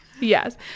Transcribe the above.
yes